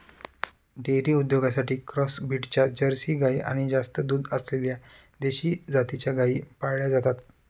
dairy उद्योगासाठी cross ब्रीडच्या Jersey गाई आणि जास्त दूध असलेल्या देशी जातीच्या गायी पाळल्या जातात